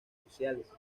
sociales